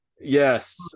Yes